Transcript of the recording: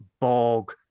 bog